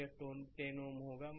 तो 10 Ω यहाँ होगा